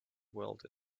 world